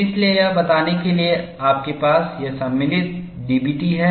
इसलिए यह बताने के लिए कि आपके पास यह सम्मिलित DB T है